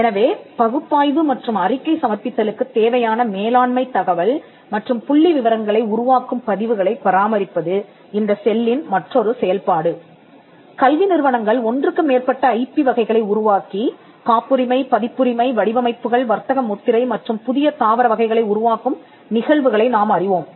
எனவே பகுப்பாய்வு மற்றும் அறிக்கை சமர்ப்பித்தலுக்குத் தேவையான மேலாண்மை தகவல் மற்றும் புள்ளிவிவரங்களை உருவாக்கும் பதிவுகளைப் பராமரிப்பது இந்த செல்லின் மற்றொரு செயல்பாடு கல்வி நிறுவனங்கள் ஒன்றுக்கு மேற்பட்ட ஐபி வகைகளை உருவாக்கி காப்புரிமை பதிப்புரிமை வடிவமைப்புகள் வர்த்தக முத்திரை மற்றும் புதிய தாவர வகைகளை உருவாக்கும் நிகழ்வுகளை நாம் அறிவோம்